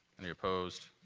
any opposed?